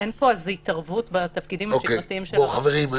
אין פה איזו התערבות בתפקידים השגרתיים של הרשות --- חברים,